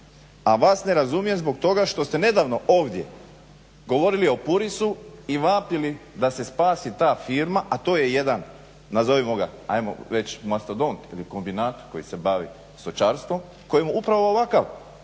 a vas ne razumijem zbog toga što ste nedavno ovdje govorili o Purisu i vapili da se spasi ta firma, a to je jedan nazovimo ga, ajmo reć mastodont ili kombinat koji se bavi stočarstvom, kojemu upravo ovakav